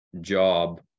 job